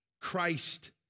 Christ